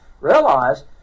realize